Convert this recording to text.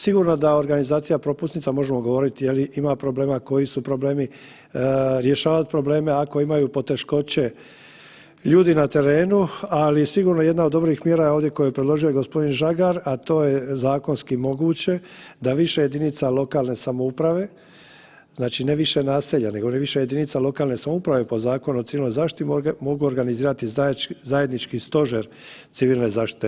Sigurno da organizacija propusnica, možemo govoriti je li ima problema, koji su problemi, rješavati probleme ako imaju poteškoće ljudi na terenu, ali sigurno jedna od dobrih mjera je ovdje koje je predložio g. Žagar, a to je zakonski moguće, da više jedinica lokalne samouprave, znači ne više naselja, nego više jedinica lokalne samouprave po Zakonu o civilnoj zaštiti mogu organizirati zajednički stožer civilne zaštite.